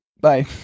Bye